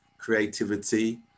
creativity